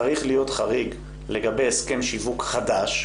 צריך להיות חריג לגבי הסכם שיווק חדש,